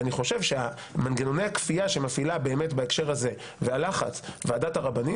ואני חושב שמנגנוני הכפייה שמפעילה באמת בהקשר הזה והלחץ ועדת הרבנים,